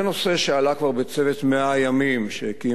זה נושא שעלה כבר בצוות 100 הימים שהקים